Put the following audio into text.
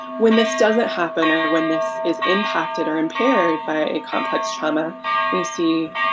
when this doesn't happen or when this is impacted or impaired by a complex trauma we see